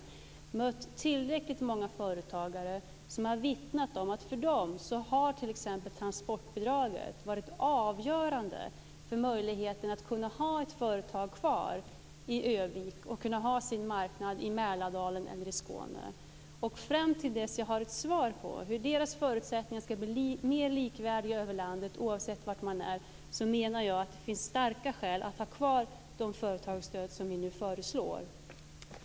Jag har då mött tillräckligt många företagare som har vittnat om att för dem har t.ex. transportbidraget varit avgörande för möjligheten att ha ett företag kvar i Örnsköldsvik och ha sin marknad i Mälardalen eller i Fram till dess att jag har ett svar på frågan hur deras förutsättningar ska bli likvärdiga över landet, oavsett var företagen ligger, anser jag att det finns starka skäl att ha kvar de företagsstöd som vi nu föreslår.